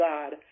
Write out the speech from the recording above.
God